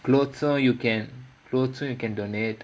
clothes all you can clothes all you can donate